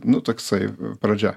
nu toksai pradžia